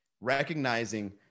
recognizing